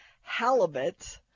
halibut